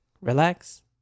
relax